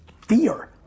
fear